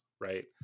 Right